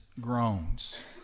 groans